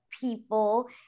people